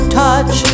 touch